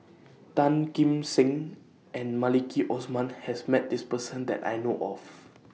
Tan Kim Seng and Maliki Osman has Met This Person that I know of